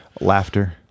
Laughter